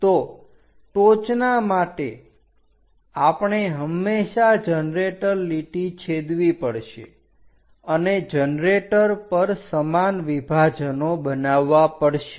તો ટોચના માટે આપણે હંમેશા જનરેટર લીટી છેદવી પડશે અને જનરેટર પર સમાન વિભાજનો બનાવવા પડશે